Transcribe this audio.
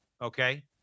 Okay